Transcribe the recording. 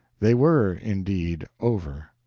they were, indeed, over.